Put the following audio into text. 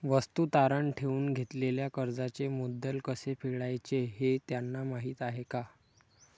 वस्तू तारण ठेवून घेतलेल्या कर्जाचे मुद्दल कसे फेडायचे हे त्यांना माहीत आहे का?